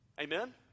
Amen